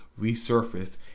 resurface